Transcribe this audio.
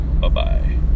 Bye-bye